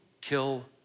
kill